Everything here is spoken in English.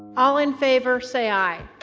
all in favor, say i.